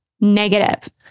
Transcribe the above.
negative